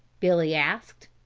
billy asked.